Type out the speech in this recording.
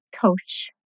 coach